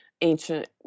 Ancient